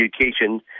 Education